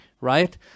right